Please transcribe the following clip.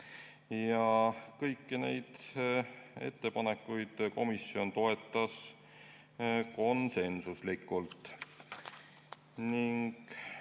Kõiki neid ettepanekuid komisjon toetas konsensuslikult.